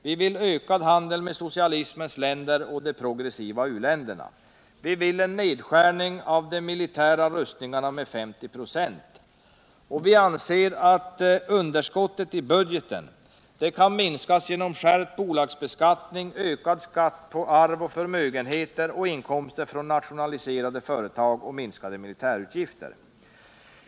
Vi vill ha ökad handel med socialismens länder och de progressiva u-länderna, och vi begär nedskärning av de militära rustningarna med 50 96. Underskottet i budgeten kan, anser vi, minskas genom skärpt bolagsbe skattning, ökade skatter på arv och förmögenheter, genom inkomster från nationaliserade företag och genom minskade militärutgifter.